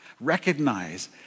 Recognize